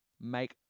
make